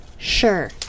Sure